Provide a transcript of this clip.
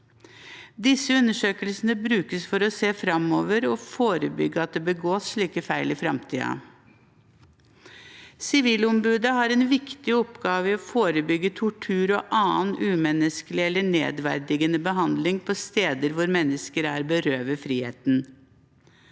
Disse undersøkelsene brukes for å se framover og forebygge at det begås slike feil i framtiden. Sivilombudet har en viktig oppgave i å forebygge tortur og annen umenneskelig eller nedverdigende behandling på steder hvor mennesker er berøvet friheten.